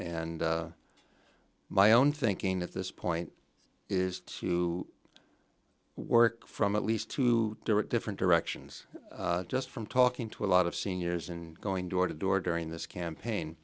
and my own thinking at this point is to work from at least two different directions just from talking to a lot of seniors and going door to door during this campaign